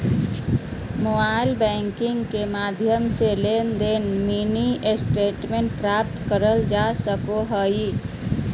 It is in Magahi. मोबाइल बैंकिंग के माध्यम से लेनदेन के मिनी स्टेटमेंट प्राप्त करल जा सको हय